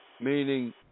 Meaning